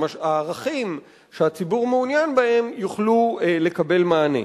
הערכים שהציבור מעוניין בהם יוכלו לקבל מענה.